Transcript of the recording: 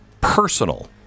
personal